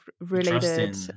related